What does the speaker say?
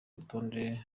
rutonde